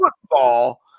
football